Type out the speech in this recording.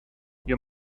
your